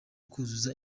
kuzuza